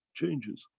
changes.